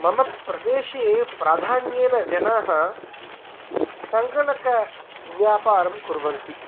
मम प्रदेशे प्राधान्येन जनाः सङ्गणकव्यापारं कुर्वन्ति